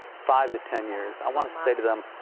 five to ten years, i want to say to them,